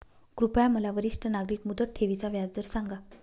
कृपया मला वरिष्ठ नागरिक मुदत ठेवी चा व्याजदर सांगा